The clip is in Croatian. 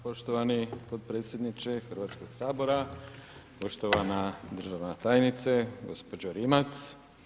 Hvala poštovani podpredsjedniče Hrvatskog sabora, poštovana državna tajnice gospođo Rimac.